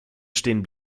stehen